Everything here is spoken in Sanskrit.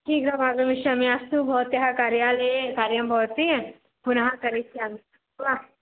शीघ्रम् आगमिष्यामि अस्तु भवत्याः कार्यालये कार्यं भवति पुनः करिष्यामि वा